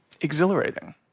exhilarating